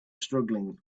struggling